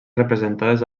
representades